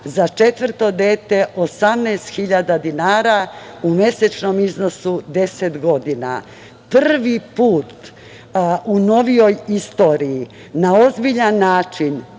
za četvrto dete 18 hiljada dinara u mesečnom iznosu 10 godina. Prvi put u novijoj istoriji na ozbiljan način